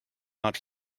not